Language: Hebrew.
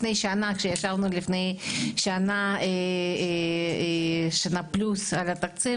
כשישבנו לפני שנה פלוס על התקציב,